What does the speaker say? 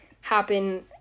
happen